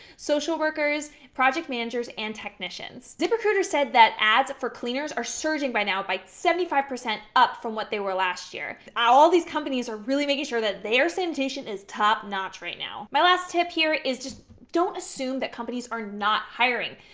social workers, project managers and technicians. ziprecruiter's said that ads for cleaners are surging by now by seventy five percent up from what they were last year. all these companies are really making sure that their sanitation is top notch right now. my last tip here is just, don't assume that companies are not hiring.